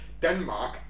Denmark